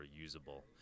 usable